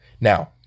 Now